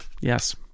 Yes